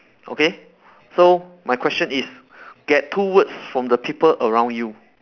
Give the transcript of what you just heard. okay so my question is get two words from the people around you